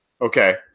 Okay